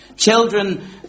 Children